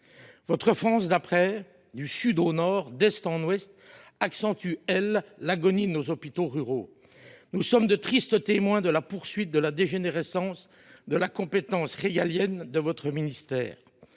Votre France d’après, du sud au nord, d’est en ouest, accentue, elle, l’agonie de nos hôpitaux ruraux. Nous sommes les tristes témoins de la poursuite de la dégénérescence de la compétence régalienne de votre ministère.